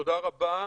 תודה רבה.